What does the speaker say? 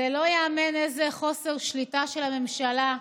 זה לא ייאמן איזה חוסר שליטה של הממשלה: